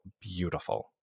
Beautiful